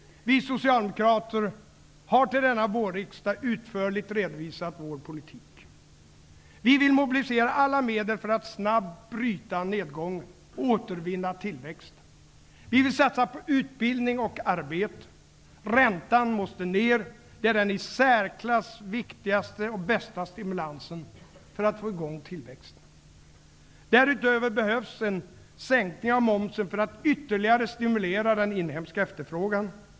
Vi socialdemokrater har till denna vårriksdag utförligt redovisat vår politik. Vi vill mobilisera alla medel för att snabbt bryta nedgången och återvinna tillväxten. Vi vill satsa på utbildning och arbete. Räntan måste ned. Det är den i särklass viktigaste och bästa stimulansen för att få i gång tillväxten. Därutöver behövs en sänkning av momsen för att ytterligare stimulera den inhemska efterfrågan.